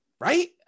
right